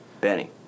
Benny